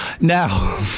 Now